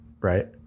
right